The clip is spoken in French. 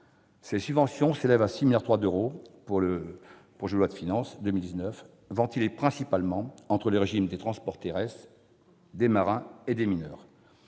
Ces subventions s'élèvent à 6,3 milliards d'euros dans le projet de loi de finances pour 2019, ventilés principalement entre les régimes des transports terrestres, des marins et des mineurs.